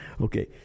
okay